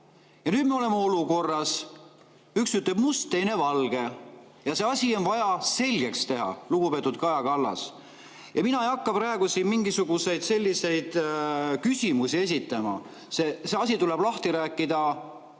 nüüd me oleme olukorras: üks ütleb must, teine valge. See asi on vaja selgeks teha, lugupeetud Kaja Kallas. Mina ei hakka praegu siin mingisuguseid selliseid küsimusi esitama. See asi tuleb lahti rääkida